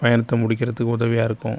பயணத்தை முடிக்கிறதுக்கு உதவியாகருக்கும்